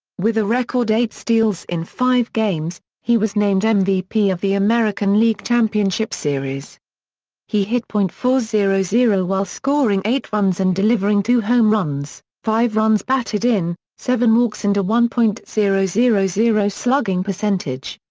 with a record eight steals in five games, he was named mvp of the american league championship series he hit point four zero zero while scoring eight runs and delivering two home runs, five runs batted in, seven walks and a one point zero zero zero slugging percentage.